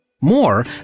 more